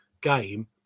game